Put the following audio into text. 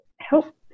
help